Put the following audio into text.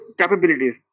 capabilities